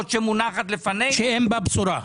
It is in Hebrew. שמונחת לפנינו --- שאין בה בשורה.